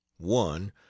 One